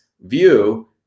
view